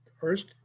first